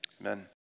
amen